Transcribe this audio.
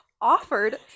offered